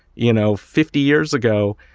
you know, fifty years ago.